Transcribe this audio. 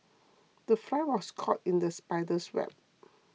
the fly was caught in the spider's web